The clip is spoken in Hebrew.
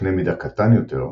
בקנה מידה קטן יותר,